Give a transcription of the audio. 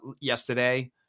yesterday